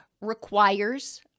requires